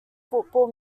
football